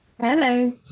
Hello